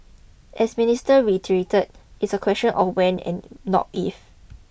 as Minister reiterated it's a question of when and not if